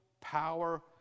power